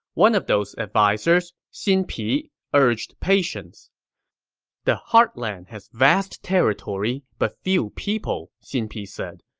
one of those advisers, xin pi, urged patience the heartland has vast territory but few people, xin pi said.